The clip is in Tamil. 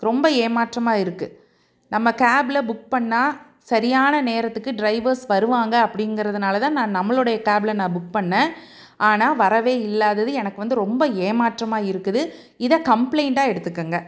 ரொம்ப ஏமாற்றமாக இருக்குது நம்ம கேப்பில் புக் பண்ணிணா சரியான நேரத்துக்கு ட்ரைவர்ஸ் வருவாங்க அப்படிங்கிறதுனால தான் நான் நம்மளுடைய கேப்பில் நான் புக் பண்ணிணேன் ஆனால் வரவே இல்லாதது எனக்கு வந்து ரொம்ப ஏமாற்றமாக இருக்குது இதை கம்ப்ளைண்ட்டாக எடுத்துக்கோங்க